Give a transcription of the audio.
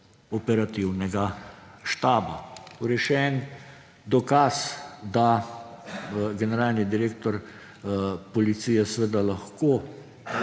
operativnega štaba. Torej še en dokaz, da generalni direktor policije lahko